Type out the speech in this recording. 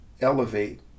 elevate